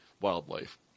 wildlife